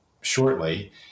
shortly